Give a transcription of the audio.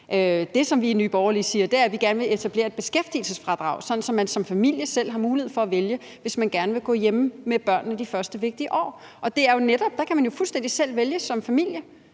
Det, som vi i Nye Borgerlige siger, er, at vi gerne vil etablere et beskæftigelsesfradrag, sådan at man som familie selv har mulighed for at vælge, hvis man gerne vil gå hjemme med børnene de første vigtige år. Der kan man jo fuldstændig selv vælge som familie,